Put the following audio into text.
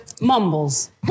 Mumbles